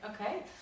okay